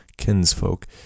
kinsfolk